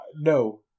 No